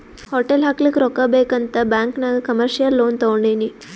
hotel ಹಾಕ್ಲಕ್ ರೊಕ್ಕಾ ಬೇಕ್ ಅಂತ್ ಬ್ಯಾಂಕ್ ನಾಗ್ ಕಮರ್ಶಿಯಲ್ ಲೋನ್ ತೊಂಡಿನಿ